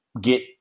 get